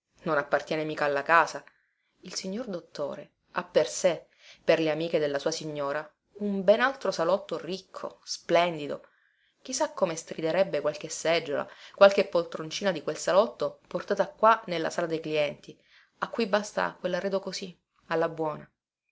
non appartiene mica alla casa il signor dottore ha per sé per le amiche della sua signora un ben altro salotto ricco splendido chi sa come striderebbe qualche seggiola qualche poltroncina di quel salotto portata qua nella sala dei clienti a cui basta quellarredo così alla buona